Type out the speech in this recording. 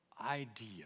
idea